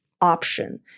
option